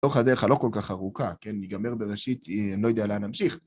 בתוך הדרך הלא כל כך ארוכה, כן? ייגמר בראשית, אנ'לא יודע לאן נמשיך.